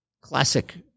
Classic